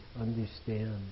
understand